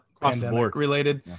pandemic-related